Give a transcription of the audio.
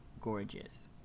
gorgeous